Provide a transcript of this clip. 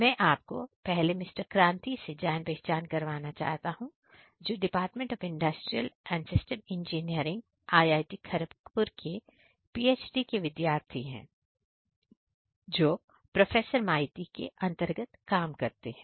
मैं आपको पहले मिस्टर क्रांति से जान पहचान करवाता हूं जो department of industrial and system engineering IITKharagpur के PhD के विद्यार्थी है जो प्रोफेसर मांइती के अंतर्गत काम करते हैं